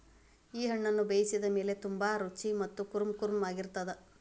ಈ ಹಣ್ಣುನ ಬೇಯಿಸಿದ ಮೇಲ ತುಂಬಾ ರುಚಿ ಮತ್ತ ಕುರುಂಕುರುಂ ಆಗಿರತ್ತದ